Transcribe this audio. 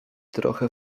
trochę